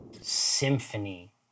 symphony